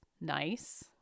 nice